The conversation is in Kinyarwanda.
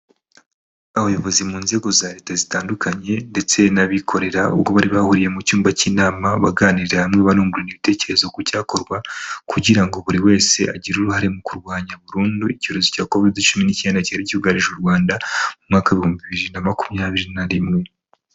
Abayobozi mu nzego za leta zitandukanye ndetse n'abikorera ubwo bari bahuriye mu cyumba cy'inama baganira hamwe bungurana ibitekerezo ku cyakorwa kugira ngo buri wese agire uruhare mu kurwanya burundu icyorezo cya covide cumi n'ikenda, cyari cyugarije u Rwanda mu mwaka w'ibihumbi bibiri na makumyabiri na rimwe.